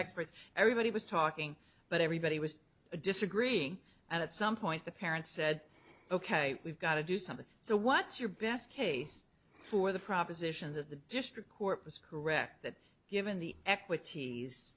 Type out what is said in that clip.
experts everybody was talking but everybody was disagreeing and at some point the parents said ok we've got to do something so what's your best case for the proposition that the district court was correct that given the equities